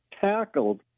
tackled